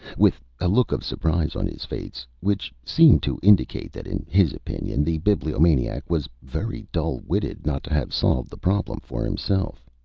with a look of surprise on his face, which seemed to indicate that in his opinion the bibliomaniac was very dull-witted not to have solved the problem for himself.